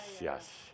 yes